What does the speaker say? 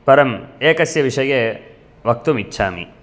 परम् एकस्य विषये वक्तुम् इच्छामि